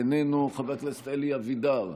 איננו, חבר הכנסת אלי אבידר,